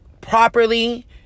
properly